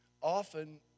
often